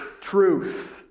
truth